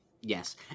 Yes